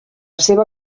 seva